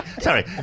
Sorry